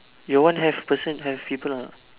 your one have person have people are